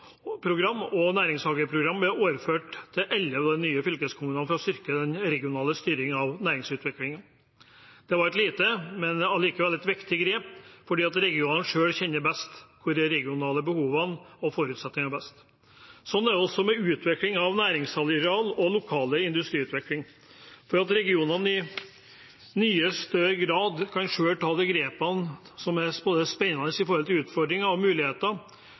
og næringshageprogram ble overført til de elleve nye fylkeskommunene for å styrke den regionale styringen av næringsutviklingen. Det var et lite – men likevel viktig – grep, for regionene kjenner selv best de regionale behovene og forutsetningene. Slik er det også med utvikling av næringsareal og lokal industriutvikling. Og at regionene i mye større grad selv kan ta de grepene som er spennende med tanke på både utfordringer og muligheter,